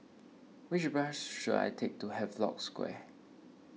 which bus should I take to Havelock Square